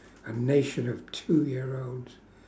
a nation of two year olds